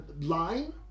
line